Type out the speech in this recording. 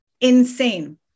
insane